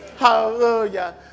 Hallelujah